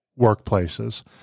workplaces